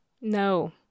No